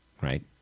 right